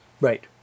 Right